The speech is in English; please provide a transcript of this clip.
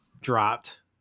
dropped